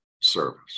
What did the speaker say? service